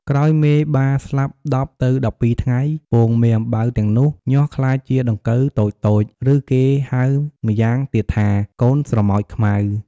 ក្រោយមេបាស្លាប់១០ ទៅ១២ថ្ងៃ ពងមេអំបៅទាំងនោះ ញាស់ក្លាយជាដង្កូវតូចៗ ឬគេហៅម្យ៉ាងទៀតថា «កូនស្រមោចខ្មៅ»។